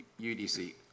UDC